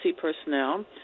personnel